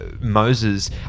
Moses